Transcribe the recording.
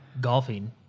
golfing